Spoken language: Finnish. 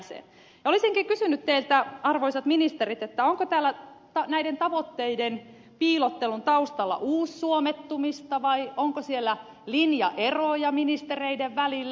olisinkin kysynyt teiltä arvoisat ministerit onko näiden tavoitteiden piilottelun taustalla uussuomettumista vai onko siellä linjaeroja ministereiden välillä